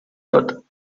tot